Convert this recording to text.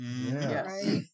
Yes